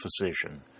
physician